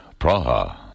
Praha